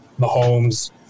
Mahomes